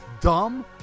dumb